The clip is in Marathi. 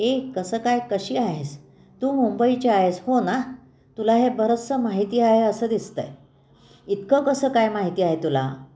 ए कसं काय कशी आहेस तू मुंबईची आहेस हो ना तुला हे बरंचसं माहिती आहे असं दिसत आहे इतकं कसं काय माहिती आहे तुला